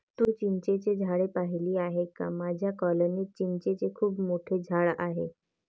तू चिंचेची झाडे पाहिली आहेस का माझ्या कॉलनीत चिंचेचे खूप मोठे झाड आहे